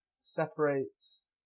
separates